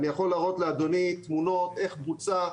אני יכול להראות לאדוני תמונות איך בוצע,